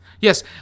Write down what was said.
Yes